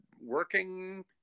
working